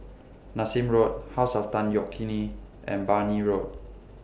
Nassim Road House of Tan Yeok Nee and Brani Road